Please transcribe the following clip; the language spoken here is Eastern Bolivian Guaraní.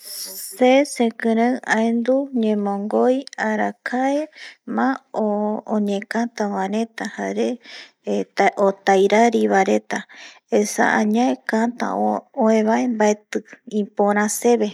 Se, sekiren aendu ñemongoi arakae ma oñekata vae reta jare otairari reta, esa añae kata ue bae baeti ipora sebe